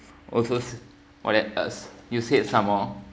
also s~ more than us you said some more